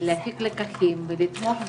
ולהפיק לקחים ולתמוך בילדים,